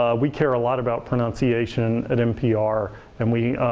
ah we care a lot about pronunciation at npr and we,